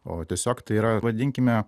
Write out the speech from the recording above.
o tiesiog tai yra vadinkime